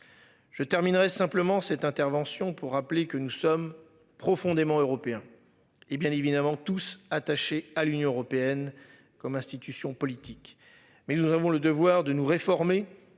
Je terminerai simplement cette intervention pour rappeler que nous sommes profondément européen. Eh bien évidemment tous attachés à l'Union européenne comme institution politique mais nous avons le devoir de nous réformer